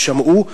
יישמעו.